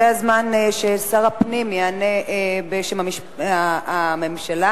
זה הזמן ששר הפנים יענה בשם הממשלה.